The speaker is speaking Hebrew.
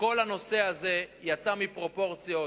שכל הנושא הזה יצא מפרופורציות,